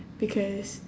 because